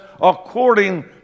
according